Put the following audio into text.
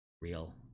Real